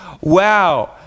wow